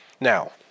Now